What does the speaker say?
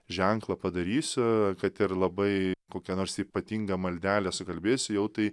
ženklą padarysiu kad ir labai kokią nors ypatingą maldelę sukalbėsiu jau tai